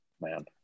man